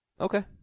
Okay